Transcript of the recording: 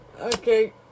okay